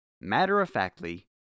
matter-of-factly